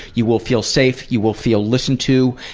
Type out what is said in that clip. you will feel safe, you will feel listened to,